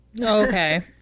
Okay